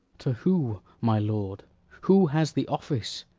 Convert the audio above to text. to who, my lord who has the office?